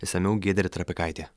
išsamiau giedrė trapikaitė